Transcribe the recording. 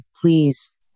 please